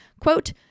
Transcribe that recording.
quote